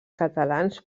catalans